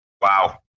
Wow